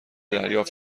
دریافت